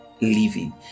living